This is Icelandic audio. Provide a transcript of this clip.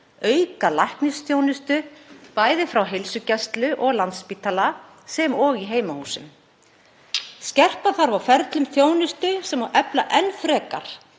auka læknisþjónustu, bæði frá heilsugæslu og Landspítala sem og í heimahúsum. Skerpa þarf á ferlum þjónustu sem og efla enn frekar